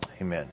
Amen